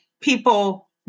people